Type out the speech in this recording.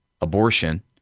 Abortion